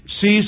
sees